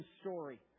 story